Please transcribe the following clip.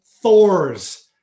Thor's